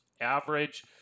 average